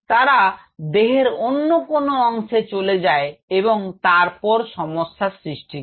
তারা দেহের অন্য কোনও অংশে চলে যায় এবং তারপর সমস্যা সৃষ্টি করে